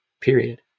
period